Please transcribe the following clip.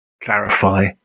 clarify